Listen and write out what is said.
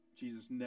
Jesus